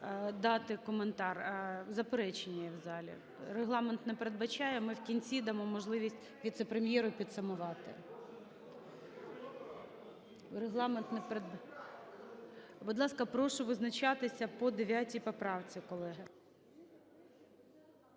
дати коментар. Заперечення є в залі. Регламент не передбачає. Ми в кінці дамо можливість віце-прем'єру підсумувати. Регламент не… Будь ласка, прошу визначатися по 9 поправці, колеги.